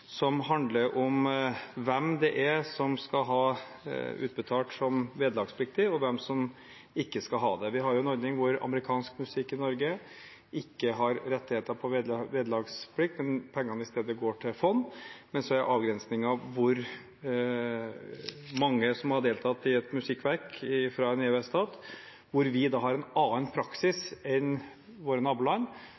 som handler om hvem det er som skal ha utbetalt som vederlagspliktig, og hvem som ikke skal ha det. Vi har en ordning hvor amerikansk musikk i Norge ikke har rettigheter på vederlagsplikt, men der pengene i stedet går til fond. Men avgrensningen er hvor mange som har deltatt i et musikkverk fra en EØS-stat, hvor vi har en annen praksis